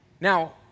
Now